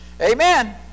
Amen